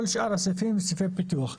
כל שאר הסעיפים סעיפי פיתוח.